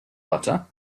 butter